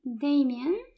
Damien